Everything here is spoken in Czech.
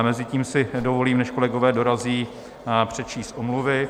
Mezitím si dovolím, než kolegové dorazí, přečíst omluvy.